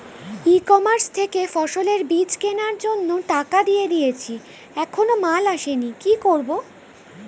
ই commerce থেকে ফসলের বীজ কেনার জন্য টাকা দিয়ে দিয়েছি এখনো মাল আসেনি কি করব?